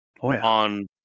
on